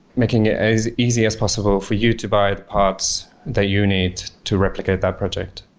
making it as easy as possible for you to buy the parts that you need to replicate that project